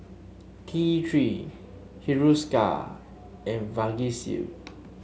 T Three Hiruscar and Vagisil